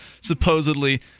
supposedly